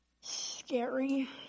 scary